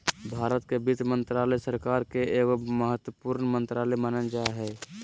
भारत के वित्त मन्त्रालय, सरकार के एगो महत्वपूर्ण मन्त्रालय मानल जा हय